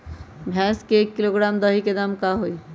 भैस के एक किलोग्राम दही के दाम का होई?